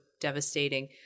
devastating